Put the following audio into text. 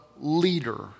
leader